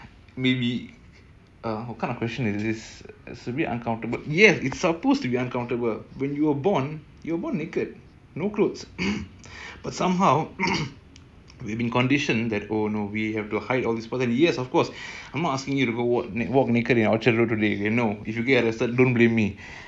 we have really lost touch with ourselves and this is really the point right I mean we have lost touch and நம்மயாருனுநமக்கேதெரியலஅதுவந்துஇவர்தான்என்புருஷன்இவர்தான்என்மனைவின்னு:namma yarunu namake theriala adhu vandhu ivarthan en purushan ivarthan en manaivinu